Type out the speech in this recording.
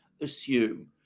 assume